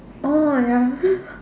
oh ya